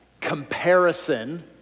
Comparison